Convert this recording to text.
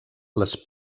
les